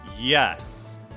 Yes